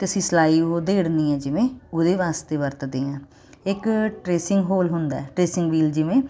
ਤੇ ਅਸੀਂ ਸਲਾਈ ਉਹ ਧੇੜਨੀ ਐ ਜਿਵੇਂ ਉਹਦੇ ਵਾਸਤੇ ਵਰਤਦੇ ਆਂ ਇੱਕ ਟਰੇਸਿੰਗ ਹੋਲ ਹੁੰਦਾ ਟਰੇਸਿੰਗ ਵੀਲ ਜਿਵੇਂ